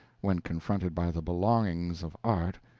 when confronted by the belongings of art,